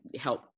help